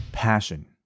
passion